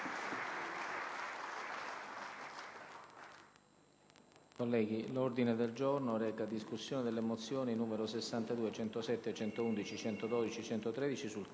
Grazie,